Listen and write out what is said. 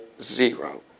zero